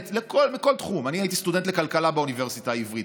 אני הייתי סטודנט לכלכלה באוניברסיטה העברית.